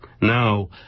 Now